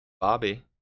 Bobby